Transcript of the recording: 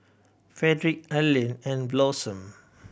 Fredrick Arlin and Blossom